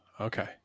Okay